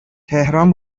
تهران